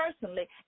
personally